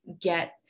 get